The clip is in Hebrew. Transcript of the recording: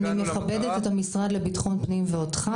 אני מכבדת את המשרד לביטחון פנים ואותך,